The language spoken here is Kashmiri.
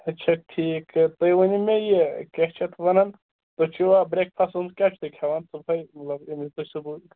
اچھا ٹھیٖک تہٕ تُہۍ ؤنِو مےٚ یہِ کیٛاہ چھِ اَتھ وَنان تُہۍ چھِوا برٛیک فاسٹَس منٛز کیٛاہ چھِو تُہۍ کھیٚوان صُبحٕے مَطلَب اَمیُک صُبحُک